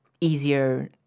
easier